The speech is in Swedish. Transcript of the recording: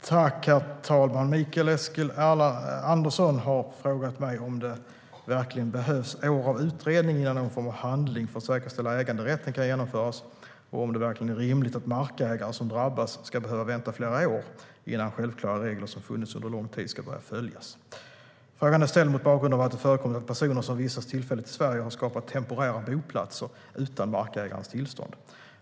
Herr talman! Mikael Eskilandersson har frågat mig om det verkligen behövs år av utredning innan någon form av handling för att säkerställa äganderätten kan genomföras och om det verkligen är rimligt att markägare som drabbas ska behöva vänta flera år innan självklara regler som funnits under lång tid ska börja följas. Frågan är ställd mot bakgrund av att det har förekommit att personer som vistas tillfälligt i Sverige har skapat temporära boplatser utan markägarens tillstånd.